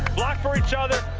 block for each other,